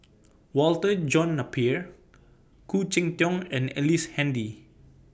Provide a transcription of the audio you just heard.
Walter John Napier Khoo Cheng Tiong and Ellice Handy